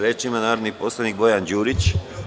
Reč ima narodni poslanik Bojan Đurić.